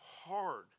hard